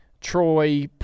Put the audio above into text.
Troy